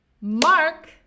mark